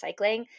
recycling